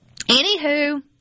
anywho